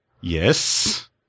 Yes